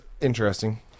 interesting